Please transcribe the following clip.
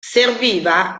serviva